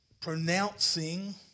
pronouncing